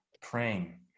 praying